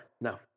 No